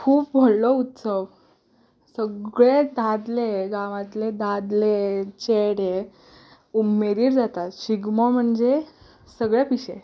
खूब व्हडलो उत्सव सगळे दादले गांवांतले दादले चेडे उमेदीर जाता शिगमो म्हणजे सगले पिशे